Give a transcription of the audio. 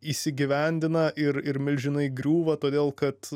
įsigyvendina ir ir milžinai griūva todėl kad